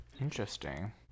interesting